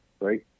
right